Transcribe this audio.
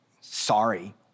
Sorry